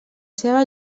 seva